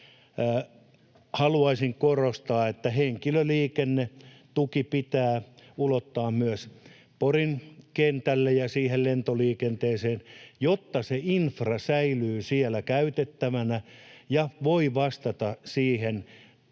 haluaisin korostaa, että henkilöliikennetuki pitää ulottaa myös Porin kentälle ja siihen lentoliikenteeseen, jotta se infra säilyy siellä käytettävänä ja voi vastata oletettavasti